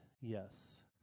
yes